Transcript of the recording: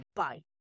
bye